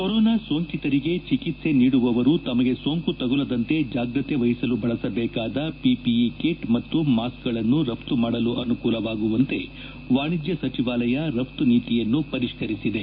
corona ಸೋಂಕಿತರಿಗೆ ಚಿಕಿತ್ತೆ ನೀಡುವವರು ತಮಗೆ ಸೋಂಕು ತಗುಲದಂತೆ ಜಾಗ್ರತೆ ವಹಿಸಲು ಬಳಸಬೇಕಾದ ಪಿಪಿಇ ಕಿಟ್ ಮತ್ತು ಮಾಸ್ಕ್ಗಳನ್ನು ರಫ್ತು ಮಾಡಲು ಅನುಕೂಲವಾಗುವಂತೆ ವಾಣಿಜ್ಯ ಸಚಿವಾಲಯ ರಫ್ತು ನೀತಿಯನ್ನು ಪರಿಷ್ಠರಿಸಿದೆ